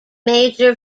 major